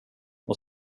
och